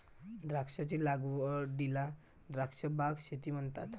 द्राक्षांच्या लागवडीला द्राक्ष बाग शेती म्हणतात